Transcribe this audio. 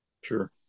Sure